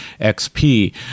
XP